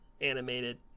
animated